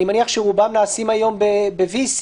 אני מניח שרובם נעשים היום ב-VC.